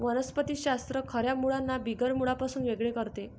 वनस्पति शास्त्र खऱ्या मुळांना बिगर मुळांपासून वेगळे करते